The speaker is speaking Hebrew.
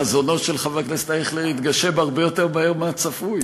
חזונו של חבר הכנסת אייכלר התגשם הרבה יותר מהר מן הצפוי.